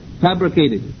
fabricated